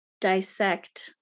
dissect